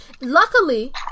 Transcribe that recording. Luckily